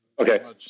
Okay